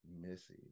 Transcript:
missy